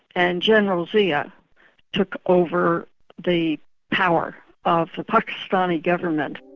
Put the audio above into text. and general zia took over the power of the pakistani government.